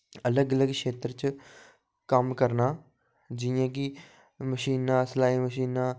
अलग अलग क्षेत्र च कम्म करना जियां कि मशीनां सलाई मशीनां